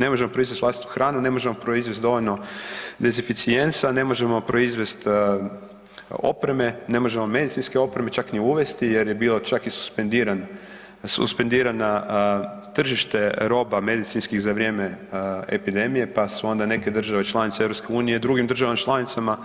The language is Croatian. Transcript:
Ne možemo proizvesti vlastitu hranu, ne možemo proizvesti dovoljno dezinficijensa, ne možemo proizvest opreme, ne možemo medicinske opreme čak ni uvesti jer je bio čak i suspendirano tržište roba medicinskih za vrijeme epidemije pa su onda neke države članice EU drugim državama članicama